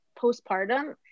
postpartum